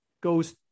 goes